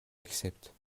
accepte